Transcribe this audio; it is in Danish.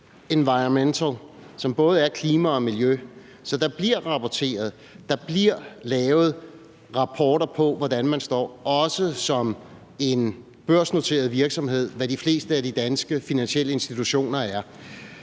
Environmental, som både omfatter klima og miljø. Så der bliver rapporteret, der bliver lavet rapporter om, hvor man står, også som en børsnoteret virksomhed, hvad de fleste af de danske finansielle institutioner er.